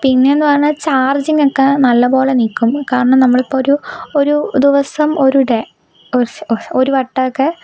പിന്നേന്ന് പറഞ്ഞാൽ ചാർജിങ്ങക്കെ നല്ല പോലെ നിൽക്കും കാരണം നമ്മളിപ്പം ഒരു ഒരു ദിവസം ഒരു ഡേ ഒരു വട്ടോക്കെ